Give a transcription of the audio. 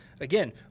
again